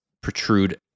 protrude